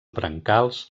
brancals